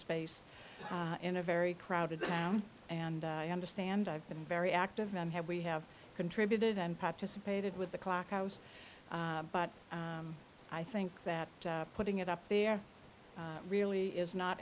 space in a very crowded down and understand i've been very active and have we have contributed and participated with the clock house but i think that putting it up there really is not